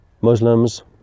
muslims